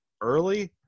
early